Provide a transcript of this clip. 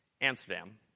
Amsterdam